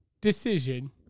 decision